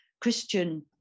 Christian